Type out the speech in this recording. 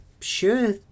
sure